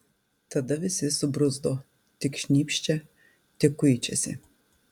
tada visi subruzdo tik šnypščia tik kuičiasi